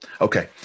Okay